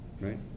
right